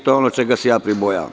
To je ono čega se ja pribojavam.